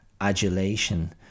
adulation